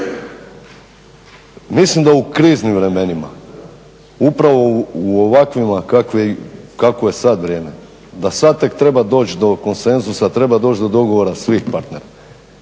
Mislim da u kriznim vremenima upravo u ovakvima kakvo je sada vrijeme da sada tek treba doći do konsenzusa, treba doći do dogovora svih partnera.